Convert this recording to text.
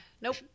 nope